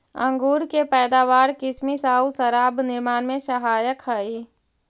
अंगूर के पैदावार किसमिस आउ शराब निर्माण में सहायक हइ